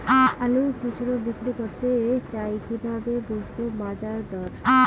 আলু খুচরো বিক্রি করতে চাই কিভাবে বুঝবো বাজার দর?